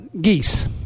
geese